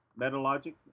Metalogic